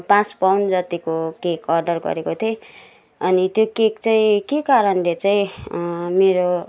पाँच पाउन्ड जतिको cake order गरेको थिएँ अनि त्यो केक चाहिँ के कारणले चाहिँ मेरो